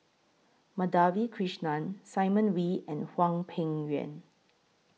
Madhavi Krishnan Simon Wee and Hwang Peng Yuan